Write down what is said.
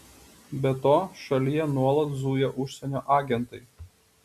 be to šalyje nuolat zujo užsienio agentai